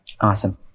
awesome